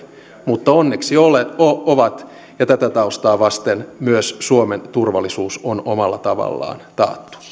mutta onneksi ovat ja tätä taustaa vasten myös suomen turvallisuus on omalla tavallaan taattu